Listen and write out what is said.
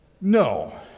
No